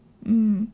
mm